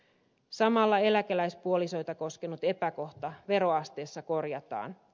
samalla eläkeläispuolisoita koskenut epäkohta veroasteessa korjataan